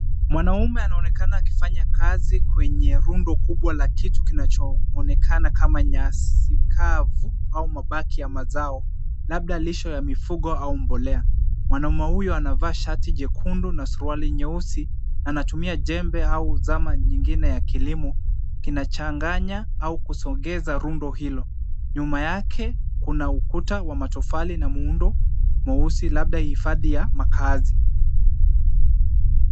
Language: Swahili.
Mwanaume anaonekana akifanya kazi kwenye rundo kubwa la kitu kinachoonekana kama nyasi kavu au mabaki ya mazao labda lisho ya mifugo au mbolea. Mwanaume huyu anavaa shati jekundu na suruali nyeusi. Anatumia jembe au zama nyingine ya kilimo kinachanganya au kusogeza rundo hilo. Nyuma yake kuna ukuta wa matofali na muundo mweusi labda hifadhi ya makaazi.